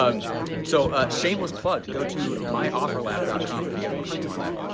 um so a shameless plug, go to myofferlab dot com if you guys want to see more on that,